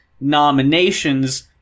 nominations